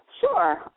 Sure